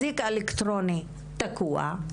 חוק אזיק אלקטרוני תקוע,